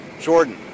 Jordan